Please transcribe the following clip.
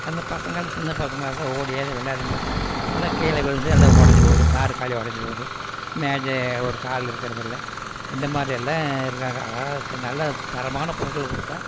அந்த பசங்களும் சின்ன பசங்களாக இருந்தால் ஓடி ஆடி விளையாடும் போது உடனே கீழே விழுந்து எல்லாம் உடஞ்சி போகுது நாற்காலி உடஞ்சி போகுது மேஜை ஒரு கால் இருக்கிறது இல்லை இந்த மாதிரியெல்லாம் இருக்காங்க அதாவது நல்ல தரமான பொருள் கொடுத்தா